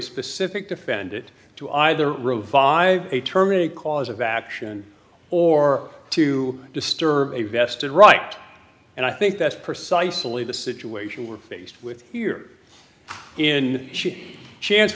specific defend it to either revive a term in a cause of action or to disturb a vested right and i think that's precisely the situation we're faced with here in shia chance